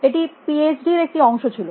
এটি পিএইচডি র একটি অংশ ছিল